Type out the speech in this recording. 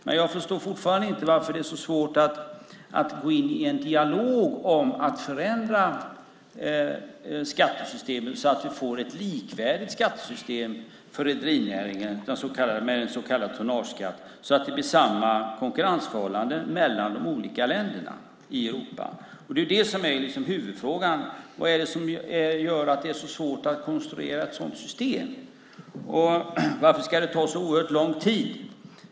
Men jag förstår fortfarande inte varför det är så svårt att gå in i en dialog om att förändra skattesystemen så att vi får ett likvärdigt skattesystem för rederinäringen med en så kallad tonnageskatt så att det blir samma konkurrensförhållanden mellan de olika länderna i Europa. Det är det som är huvudfrågan. Vad är det som gör att det är så svårt att konstruera ett sådant system? Varför ska det ta så oerhört lång tid?